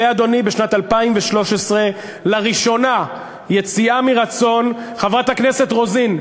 ובשנת 2013 לראשונה יציאה מרצון חברת הכנסת רוזין,